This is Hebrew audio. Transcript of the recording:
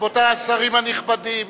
רבותי השרים הנכבדים.